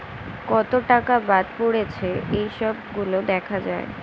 কত টাকা বাদ পড়েছে এই সব গুলো দেখা যায়